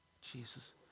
Jesus